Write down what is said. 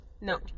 No